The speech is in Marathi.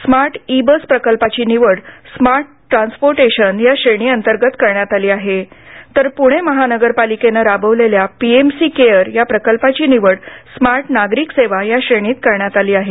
स्मार्ट ई बस प्रकल्पाची निवड स्मार्ट ट्रान्सपोर्टेशन या श्रेणीअंतर्गत करण्यात आली आहे तर पुणे महानगरपालिकेनं राबविलेल्या पीएमसी केअर प्रकल्पाची निवड स्मार्ट नागरिक सेवा या श्रेणीत करण्यात आली आहे